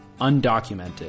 undocumented